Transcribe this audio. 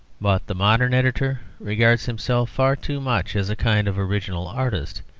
but the modern editor regards himself far too much as a kind of original artist,